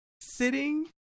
Sitting